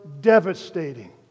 devastating